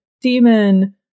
demon